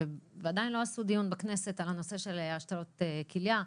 ועדיין לא עשו דיון בכנסת על הנושא של השתלות כליה,